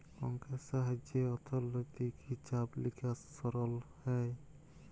অংকের সাহায্যে অথ্থলৈতিক হিছাব লিকাস সরল হ্যয়